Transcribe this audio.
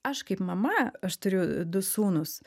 aš kaip mama aš turiu du sūnus